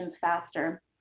faster